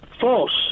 False